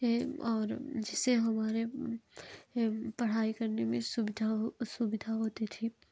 एक और जिसे हमारे पढ़ाई करने में सुविधा हो सुविधा होती थी